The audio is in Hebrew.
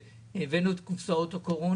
כאשר יש קורונה חייבים להביא את קופסאות הקורונה.